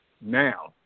now